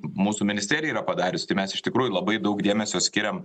mūsų ministerija yra padarius tai mes iš tikrųjų labai daug dėmesio skiriam